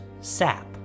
sap